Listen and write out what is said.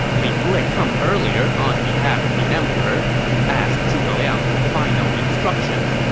li fu had come earlier on behalf of the emperor to ask zhuge liang for final instructions,